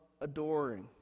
adoring